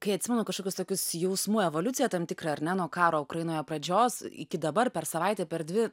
kai atsimenu kažkokius tokius jausmų evoliuciją tam tikrą ar ne nuo karo ukrainoje pradžios iki dabar per savaitę per dvi